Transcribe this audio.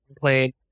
played